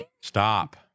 Stop